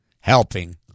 helping